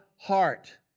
heart